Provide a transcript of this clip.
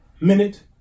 Minute